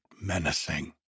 menacing